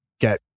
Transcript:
get